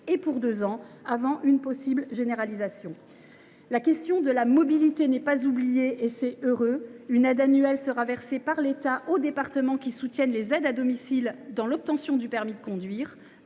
et pour deux ans, avant une possible généralisation. La question de la mobilité n’est pas oubliée, et c’est heureux. Une aide annuelle sera versée par l’État aux départements qui soutiennent les aides à domicile dans l’obtention du permis de conduire,